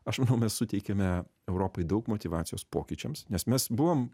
aš manau mes suteikiame europai daug motyvacijos pokyčiams nes mes buvom